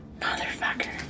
Motherfucker